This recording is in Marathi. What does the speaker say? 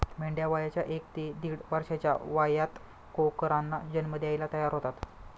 मेंढ्या वयाच्या एक ते दीड वर्षाच्या वयात कोकरांना जन्म द्यायला तयार होतात